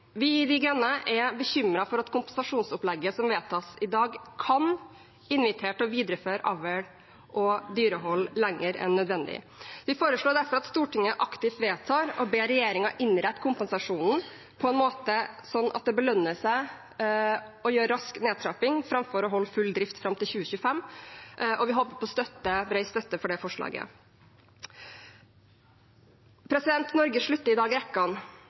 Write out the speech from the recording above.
i Miljøpartiet De Grønne er bekymret for at kompensasjonsopplegget som vedtas i dag, kan invitere til å videreføre avl og dyrehold lenger enn nødvendig. Vi foreslår derfor at Stortinget aktivt vedtar å be regjeringen innrette kompensasjonen på en slik måte at det lønner seg å ha en rask nedtrapping framfor å holde full drift fram til 2025, og vi håper på bred støtte for det forslaget. Norge slutter i dag